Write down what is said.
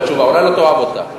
בטוח תקבל תשובה, אולי לא תאהב אותה.